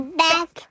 back